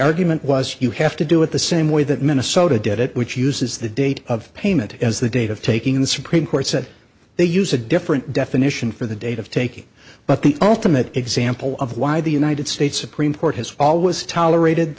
argument was you have to do it the same way that minnesota did it which uses the date of payment as the date of taking the supreme court said they use a different definition for the date of taking but the ultimate example of why the united states supreme court has always tolerated